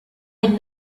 had